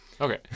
okay